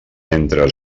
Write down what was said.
entre